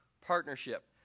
partnership